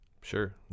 Sure